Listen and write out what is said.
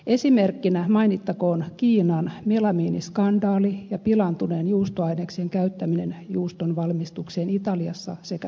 esimerkkeinä mainittakoon kiinan melamiiniskandaali ja pilaantuneen juustoaineksen käyttäminen juuston valmistukseen italiassa sekä saksassa